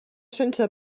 sense